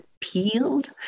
peeled